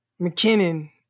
McKinnon